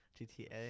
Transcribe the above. GTA